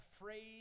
afraid